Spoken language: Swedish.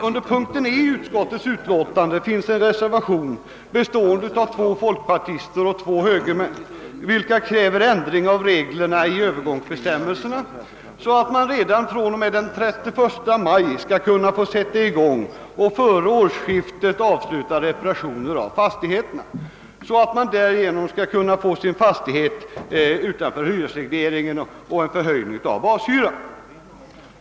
Under moment E i utlåtandet finns en reservation av två folkpartister och två högermän, vilka kräver sådan ändring av reglerna i övergångsbestämmelserna att fastighetsägarna redan fr.o.m. den 31 maj i år skulle kunna sätta i gång och före årsskiftet avsluta reparationer av fastigheter för att därigenom få dessa utanför hyresregleringen och en förhöjning av bashyran.